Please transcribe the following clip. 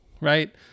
right